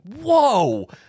whoa